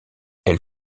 elle